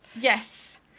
Yes